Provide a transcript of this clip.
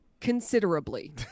Considerably